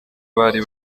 bari